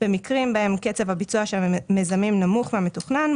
במקרים בהם קצב הביצוע של המיזמים נמוך מהמתוכנן,